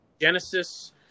Genesis